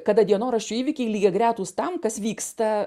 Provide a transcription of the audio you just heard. kada dienoraščių įvykiai lygiagretūs tam kas vyksta